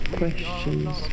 questions